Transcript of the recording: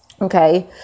Okay